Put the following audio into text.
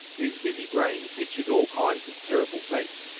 whose busy brain pictured all kinds of terrible fates,